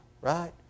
right